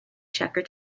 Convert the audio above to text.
checker